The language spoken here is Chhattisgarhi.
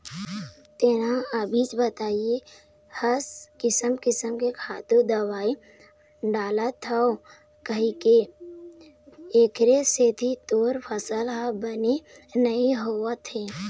तेंहा अभीच बताए हस किसम किसम के खातू, दवई डालथव कहिके, एखरे सेती तोर फसल ह बने नइ होवत हे